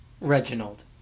Reginald